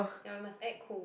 ya I must act cool